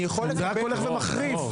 זה רק הולך ומחריף.